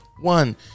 one